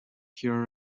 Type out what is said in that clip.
cure